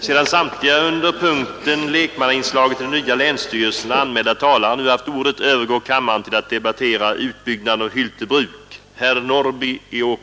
Sedan samtliga under punkten ”Lekmannainslaget i de nya länsstyrelserna” anmälda talare nu haft ordet övergår kammaren till att debattera ”Utbyggnaden av Hyltebruk”.